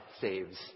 saves